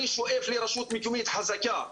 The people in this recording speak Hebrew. אני שואף לרשות מקומית חזקה.